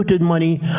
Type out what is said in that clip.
Money